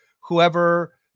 whoever